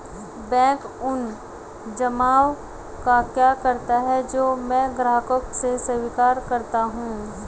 Bank उन जमाव का क्या करता है जो मैं ग्राहकों से स्वीकार करता हूँ?